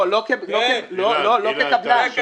לא כקבלן.